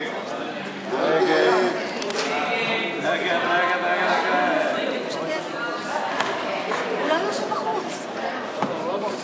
ההצעה להעביר את הצעת חוק הדיינים (תיקון,